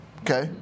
Okay